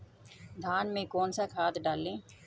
धान में कौन सा खाद डालें?